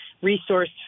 resource